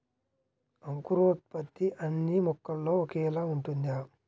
అంకురోత్పత్తి అన్నీ మొక్కల్లో ఒకేలా ఉంటుందా?